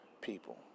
people